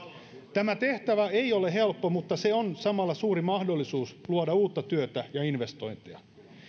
tämä tehtävä ei ole helppo mutta se on samalla suuri mahdollisuus luoda uutta työtä ja investointeja